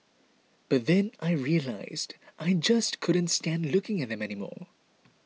but then I realised I just couldn't stand looking at them anymore